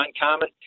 uncommon